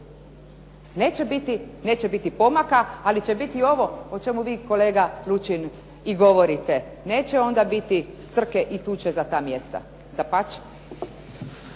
neće biti pomaka ali će biti ovo o čemu vi kolega Lučin i govorite, neće onda biti strke i tuče za ta mjesta. Dapače.